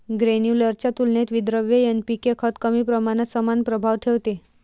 granular च्या तुलनेत विद्रव्य एन.पी.के खत कमी प्रमाणात समान प्रभाव ठेवते